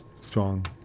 Strong